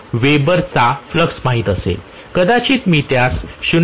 2 Wbचा फ्लक्स माहित असेल कदाचित मी त्यास 0